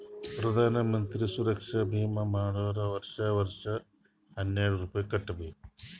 ಪ್ರಧಾನ್ ಮಂತ್ರಿ ಸುರಕ್ಷಾ ಭೀಮಾ ಮಾಡ್ಸುರ್ ವರ್ಷಾ ವರ್ಷಾ ಹನ್ನೆರೆಡ್ ರೂಪೆ ಕಟ್ಬಬೇಕ್